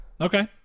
okay